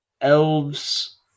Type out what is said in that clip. elves